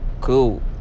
Cool